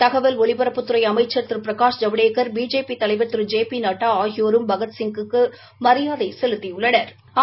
தகவல் ஒலிபரப்புத்துறை அமைச்சள் திரு பிரனஷ் ஜவடேக்கள் பிஜேபி தலைவா் திரு ஜெ பி நட்டா ஆகியோரும் பகத்சிங்குக்கு மரியாதை செலுத்தியுள்ளனா்